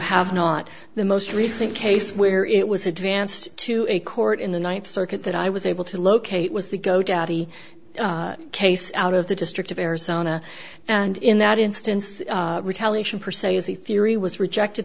have not the most recent case where it was advanced to a court in the ninth circuit that i was able to locate was the go daddy case out of the district of arizona and in that instance retaliation for say as the theory was rejected